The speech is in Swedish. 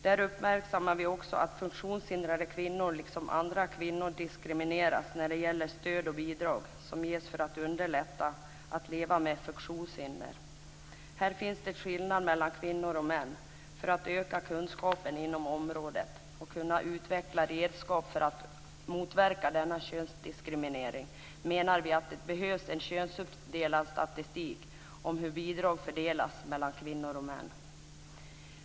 Där uppmärksammar vi också att funktionshindrade kvinnor liksom andra kvinnor diskrimineras när det gäller stöd och bidrag som ges för att underlätta att leva med funktionshinder. Här finns det skillnad mellan kvinnor och män. För att öka kunskapen inom området och kunna utveckla redskap för att motverka denna könsdiskriminering menar vi att det behövs en könsuppdelad statistik om hur bidrag fördelas mellan kvinnor och män.